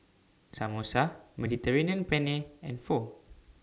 Samosa Mediterranean Penne and Pho